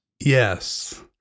Yes